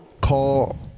call